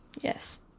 Yes